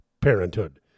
Parenthood